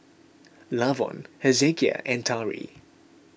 Lavon Hezekiah and Tari